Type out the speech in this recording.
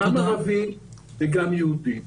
גם ערבים וגם יהודים.